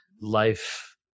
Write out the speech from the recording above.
life